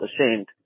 ashamed